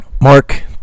Mark